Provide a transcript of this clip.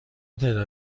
تعداد